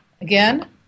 again